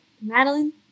Madeline